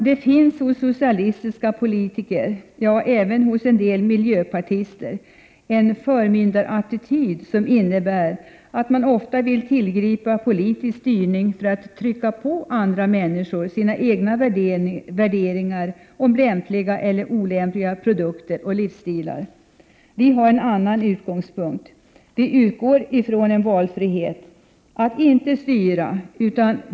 Det finns hos socialistiska politiker — ja, även hos en del miljöpartister — en förmyndarattityd som innebär att man ofta vill tillgripa politisk styrning för att trycka på andra människor sina egna värderingar om lämpliga eller olämpliga produkter och livsstilar. Vi har en annan utgångspunkt. Vi utgår från en valfrihet — att inte styra.